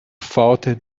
falter